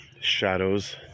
Shadows